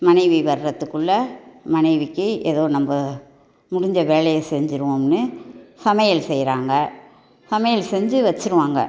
மனைவி வர்றதுக்குள்ள மனைவிக்கு ஏதோ நம்ம முடிஞ்ச வேலையை செஞ்சுருவேன்னு சமையல் செய்கிறாங்க சமையல் செஞ்சு வச்சுடுவாங்க